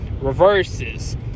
reverses